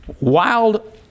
wild